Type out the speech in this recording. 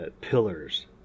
pillars